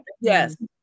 yes